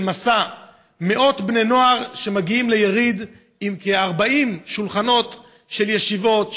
של מסע של מאות בני נוער שמגיעים ליריד עם כ-40 שולחנות של ישיבות,